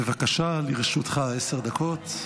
בבקשה, לרשותך עשר דקות.